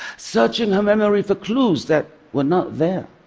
searching her memory for clues that were not there.